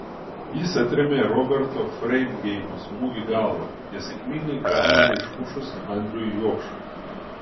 jis atrėmė roberto freidgeimo smūgį galva nesėkmingai kamuolį išmušus andriui jokšui